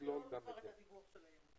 ימסור לו כבר את הדיווח שלהם.